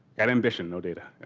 ambition, no data. yeah.